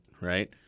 right